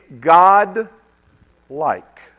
God-like